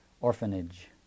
orphanage